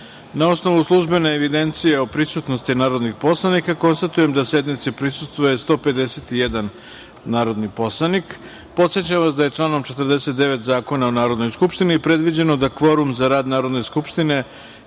osnovu službene evidencije o prisutnosti narodnih poslanika, konstatujem da sednici prisustvuje 151 narodni poslanik. Podsećam vas da je članom 49. Zakona o Narodnoj skupštini predviđeno da kvorum za rad Narodne skupštine